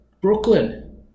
Brooklyn